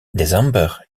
december